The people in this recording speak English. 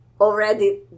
already